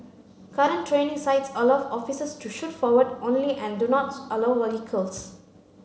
current training sites allow officers to shoot forward only and do not allow vehicles